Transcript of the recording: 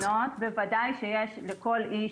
בוודאי שיש לכל איש